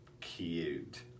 Cute